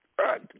Right